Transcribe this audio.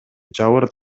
жабыр